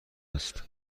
است